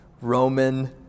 Roman